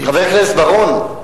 חבר הכנסת בר-און,